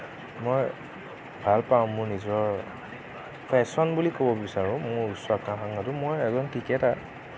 মই ভাল পাওঁ মোৰ নিজৰ পেচ্যন বুলি ক'ব বিচাৰোঁ মোৰ উচ্চাকাংক্ষাটো মই এজন ক্ৰিকেটাৰ